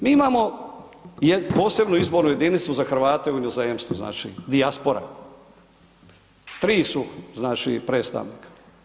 Mi imamo posebnu izbornu jedinicu za Hrvate u inozemstvu, znači, dijaspora, tri su, znači, predstavnika.